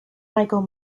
michael